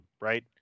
right